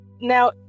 now